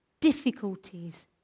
difficulties